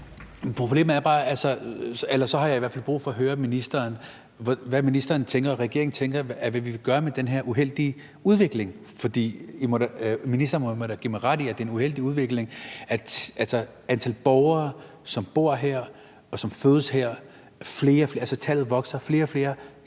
18:24 Sikandar Siddique (FG): Så har jeg i hvert fald brug for at høre ministeren, hvad ministeren og regeringen tænker de vil gøre med den her uheldige udvikling, for ministeren må da give mig ret i, at det er en uheldig udvikling. Altså, antallet af borgere, som bor, og som er født her, men ikke kan deltage i et folketingsvalg, vokser. Flere og flere